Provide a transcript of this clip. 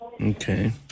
Okay